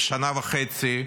שנה וחצי,